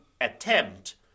attempt